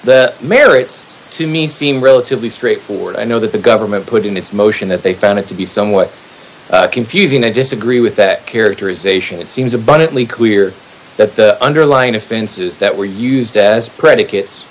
the merits to me seem relatively straightforward i know that the government put in its motion that they found it to be somewhat confusing i disagree with that characterization it seems abundantly clear that the underlying offenses that were used as predicates